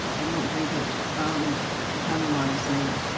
i don't think it had a large sale,